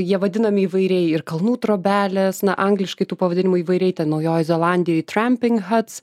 jie vadinami įvairiai ir kalnų trobelės na angliškai tų pavadinimų ivairiai ten naujojoj zelandijoj itrampinhats